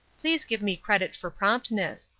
please give me credit for promptness.